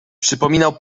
przypominał